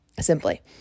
simply